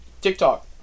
TikTok